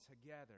together